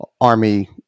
Army